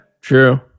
true